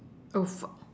oh f~